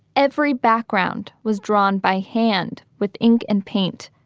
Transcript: every background was drawn by hand with ink and paint.